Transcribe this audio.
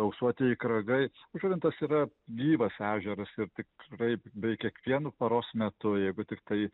ausuotieji kragai žuvintas yra gyvas ežeras ir tikrai bei kiekvienu paros metu jeigu tiktai